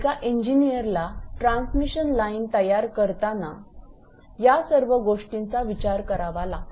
एका इंजिनियरला transmission line तयार करताना या सर्व गोष्टींचा विचार करावा लागतो